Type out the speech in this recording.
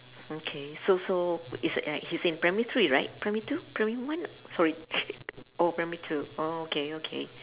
okay so so is uh he's in primary three right primary two primary one sorry oh primary two oh okay okay